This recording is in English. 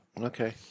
Okay